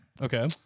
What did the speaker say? Okay